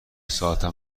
ساعتم